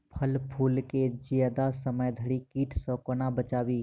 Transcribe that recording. फल फुल केँ जियादा समय धरि कीट सऽ कोना बचाबी?